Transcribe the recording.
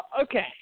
Okay